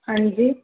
हांजी